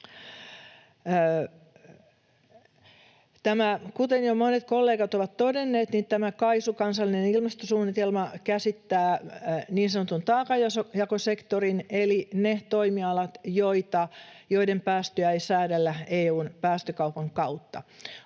Kuten jo monet kollegat ovat todenneet, tämä KAISU, kansallinen ilmastosuunnitelma, käsittää niin sanotun taakanjakosektorin eli ne toimialat, joiden päästöjä ei säädellä EU:n päästökaupan kautta.